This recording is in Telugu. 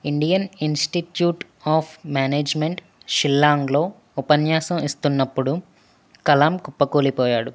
ఇండియన్ ఇన్స్టిట్యూట్ ఆఫ్ మేనేజ్మెంట్ షిల్లాంగ్లో ఉపన్యాసం ఇస్తున్నప్పుడు కలామ్ కుప్పకూలిపోయాడు